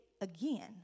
again